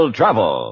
travel